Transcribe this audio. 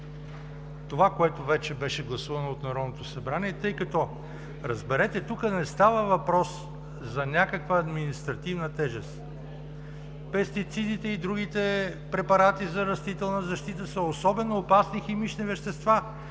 това, което вече беше гласувано от Народното събрание, тъй като, разберете, тук не става въпрос за някаква административна тежест. Пестицидите и другите препарати за растителна защита са особено опасни химични вещества.